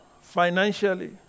financially